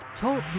Talk